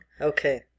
Okay